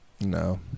No